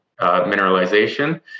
mineralization